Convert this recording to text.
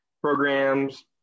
programs